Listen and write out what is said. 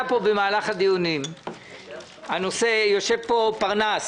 במהלך הדיונים עלה פה הנושא יושב פה איתן פרנס